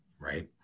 right